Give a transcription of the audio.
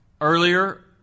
earlier